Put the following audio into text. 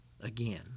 again